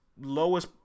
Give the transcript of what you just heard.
lowest